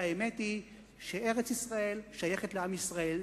והאמת היא שארץ-ישראל שייכת לעם ישראל.